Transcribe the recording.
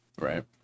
Right